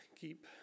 keep